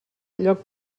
lloc